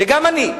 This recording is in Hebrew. וגם אני.